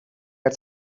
had